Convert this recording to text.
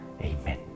Amen